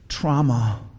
Trauma